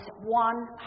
one